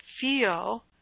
feel